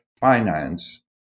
finance